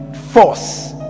force